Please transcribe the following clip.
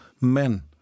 men